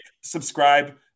subscribe